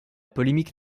polémique